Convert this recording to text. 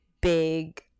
big